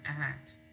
act